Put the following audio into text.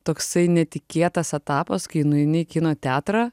toksai netikėtas etapas kai nueini į kino teatrą